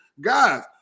guys